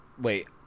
wait